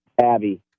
Abby